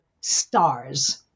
stars